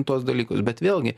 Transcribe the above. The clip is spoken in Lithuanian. tuos dalykus bet vėlgi